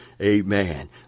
Amen